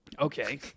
Okay